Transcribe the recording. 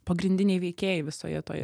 pagrindiniai veikėjai visoje toje